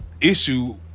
issue